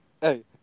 hey